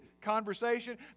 conversation